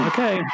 Okay